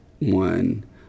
one